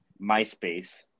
MySpace